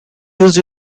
used